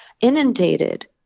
inundated